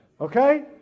Okay